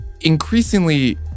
Increasingly